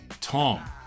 tom